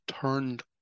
turned